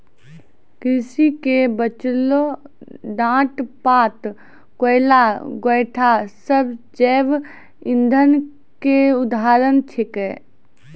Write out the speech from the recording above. कृषि के बचलो डांट पात, कोयला, गोयठा सब जैव इंधन के उदाहरण छेकै